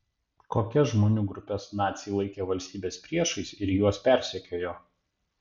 kokias žmonių grupes naciai laikė valstybės priešais ir juos persekiojo